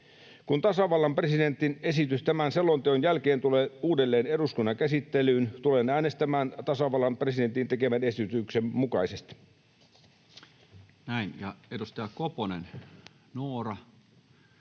Kun tasavallan presidentin esitys tämän selonteon jälkeen tulee uudelleen eduskunnan käsittelyyn, tulen äänestämään tasavallan presidentin tekemän esityksen mukaisesti.